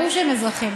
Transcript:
ברור שהם אזרחים,